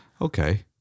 Okay